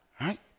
Right